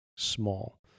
small